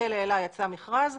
בכלא "אלה" יצא מכרז,